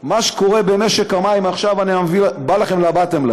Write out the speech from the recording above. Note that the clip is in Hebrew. מה שקורה במשק המים, עכשיו אני בא ל-bottom line